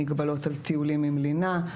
המגבלות על טיולים עם לינה,